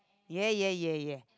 ya ya ya ya